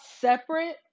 separate